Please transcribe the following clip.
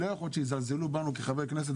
לא יכול להיות שיזלזלו בנו כחברי כנסת,